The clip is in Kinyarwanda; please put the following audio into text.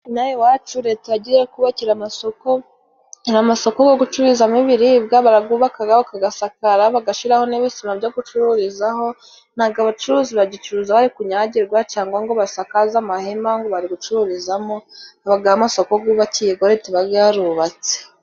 Inaha iwacu leta yagiye kubakira amasoko, hari amasoko go gucururizamo ibiribwa bara gubakaga ,bakagasakara bagashiraho n'ibisima byo gucururizaho ,ntabwo abacuruzi bagicuruza bari kunyagirwa cyangwa ngo basakaze amahema ngo bari gucururizamo habagaho amasoko gubakiye go reta ibaga yarubatse.